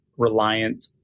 reliant